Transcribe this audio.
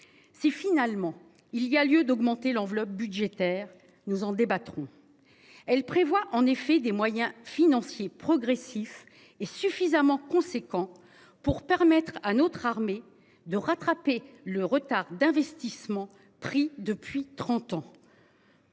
Si finalement il y a lieu d'augmenter l'enveloppe budgétaire. Nous en débattrons. Elle prévoit en effet des moyens financiers progressif est suffisamment conséquent pour permettre à notre armée de rattraper le retard d'investissement pris depuis 30 ans.